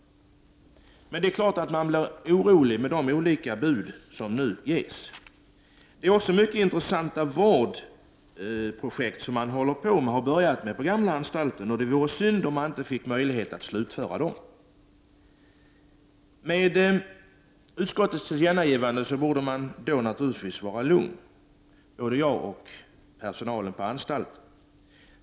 Det är klart att de olika bud som nu ges skapar oro. Det är också mycket intressanta vårdprojekt som man har börjat med på gamla anstalten, och det vore synd om man inte fick möjlighet att slutföra dem. Med det tillkännagivande som utskottet föreslår att riksdagen skall göra borde vi naturligtvis vara lugna, både jag och personalen på anstalten.